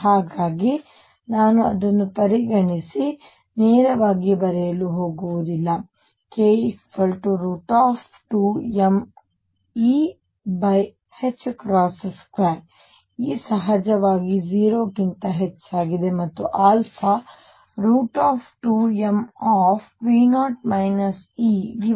ಹಾಗಾಗಿ ನಾನು ಅದನ್ನು ಪರಿಗಣಿಸಿ ನೇರವಾಗಿ ಬರೆಯಲು ಹೋಗುವುದಿಲ್ಲ k2mE2 E ಸಹಜವಾಗಿ 0 ಗಿಂತ ಹೆಚ್ಚಾಗಿದೆ ಮತ್ತು α2m2 V0 E0